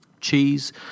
Cheese